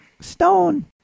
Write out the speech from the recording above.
Stone